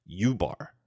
Ubar